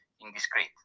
indiscreet